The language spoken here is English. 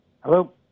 Hello